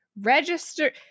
Register